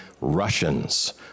Russians